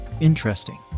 Interesting